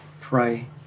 pray